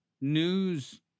news